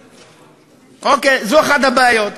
אוקיי, זו אחת הבעיות.